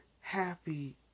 happy